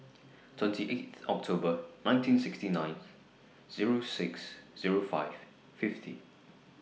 twenty eighth October nineteen sixty nine Zero six Zero five fifty